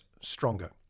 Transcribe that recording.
stronger